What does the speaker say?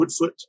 Woodfoot